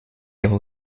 able